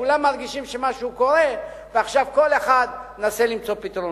כולם מרגישים שמשהו קורה ועכשיו כל אחד מנסה למצוא פתרונות.